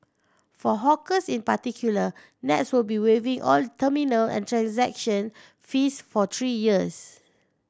for hawkers in particular Nets will be waiving all terminal and transaction fees for three years